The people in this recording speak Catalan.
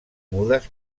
mudes